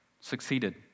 succeeded